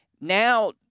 Now